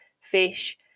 fish